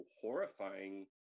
horrifying